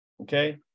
Okay